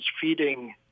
feeding